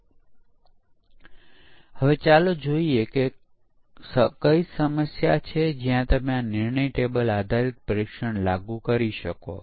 85 ટકા ભૂલો જ્યારે સોફ્ટવેર ગ્રાહકને સોંપવામાં આવે ત્યારે દૂર થાય છે